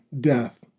death